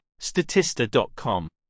Statista.com